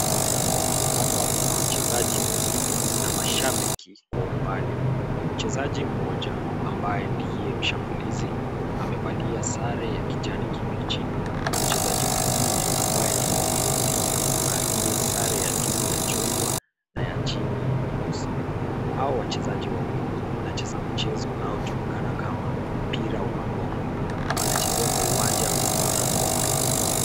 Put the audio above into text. Hapa kuna wachezaji wawili na mashabiki kwa umbali. Mchezaji mmoja ambaye ndiye mshambulizi amevalia sare ya kijani kibichi na mchezaji mwingine ambaye ndiye mlinzi amevalia sare ya juu ya chungwa na ya chini nyeusi. Hao wachezaji wawili wanacheza mchezo unaojulikana kama mpira wa magongo na wanachezea kwa uwanja ulio na vumbi.